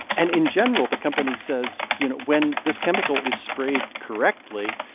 and in general, the company says, you know, when this chemical is sprayed correctly,